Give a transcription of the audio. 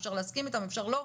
אפשר להסכים איתם, אפשר לא,